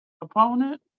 opponent